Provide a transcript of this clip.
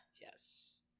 Yes